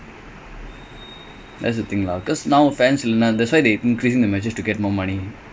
and